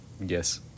Yes